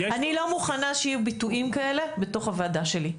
אני לא מוכנה שיהיו ביטויים כאלה בתוך הוועדה שלי.